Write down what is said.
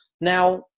Now